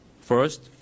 First